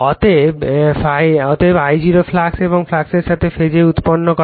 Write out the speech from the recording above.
অতএব I0 flux এবং ফ্লাক্সের সাথে ফেজে উৎপন্ন করে